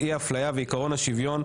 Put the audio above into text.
אי-אפליה ועיקרון השוויון,